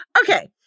Okay